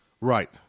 Right